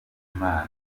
inama